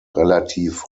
relativ